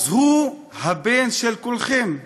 אז הוא הבן של כולכם,